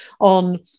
on